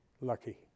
lucky